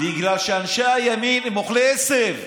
בגלל שאנשי הימין הם אוכלי עשב,